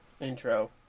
intro